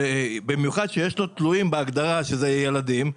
במיוחד כשיש לו תלויים בהגדרה שאלה הם ילדים.